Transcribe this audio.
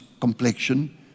complexion